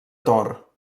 tor